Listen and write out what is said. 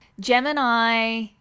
Gemini